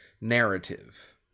narrative